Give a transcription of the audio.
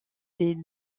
des